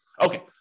Okay